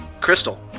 Crystal